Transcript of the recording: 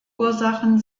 ursachen